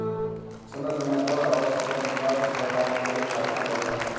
समय समय पर आवश्यकतानुसार लताओं को छांटना पड़ता है